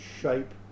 shape